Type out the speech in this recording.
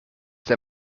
der